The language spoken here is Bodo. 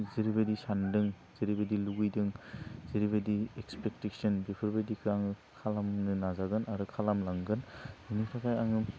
जेरैबायदि सान्दों जेरैबायदि लुगैदों जेरैबायदि एसफेकटेसन बेफोरबायदिखो आं खालामनो नाजागोन आरो खालामलांगोन बेनि थाखाय आङो